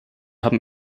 haben